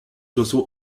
oiseaux